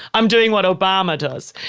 i'm doing what obama does.